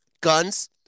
guns